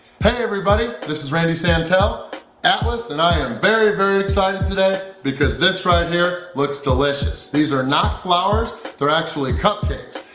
hey everybody this is randy santel atlas and i am very very excited today because this right here looks delicious! these are not flowers they're actually cupcakes!